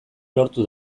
lortu